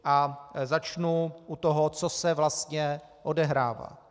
A začnu u toho, co se vlastně odehrává.